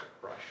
Brush